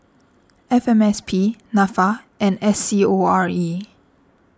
F M S P Nafa and S C O R E